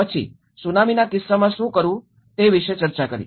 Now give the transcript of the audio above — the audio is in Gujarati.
અને પછી સુનામીના કિસ્સામાં શું કરવું તે વિષે ચર્ચા કરી